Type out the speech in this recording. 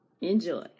Enjoy